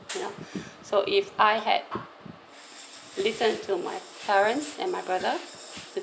you know so if I had listen to my parents and my brother